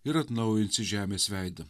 ir atnaujinsi žemės veidu